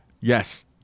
Yes